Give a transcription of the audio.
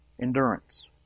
endurance